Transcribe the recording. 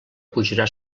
pujarà